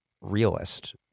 realist